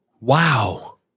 Wow